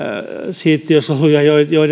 siittiösoluja